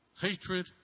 hatred